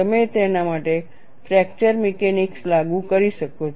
તમે તેના માટે ફ્રેકચર મિકેનિક્સ લાગુ કરી શકો છો